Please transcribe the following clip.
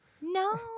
No